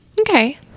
Okay